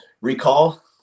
recall